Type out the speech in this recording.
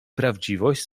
prawdziwość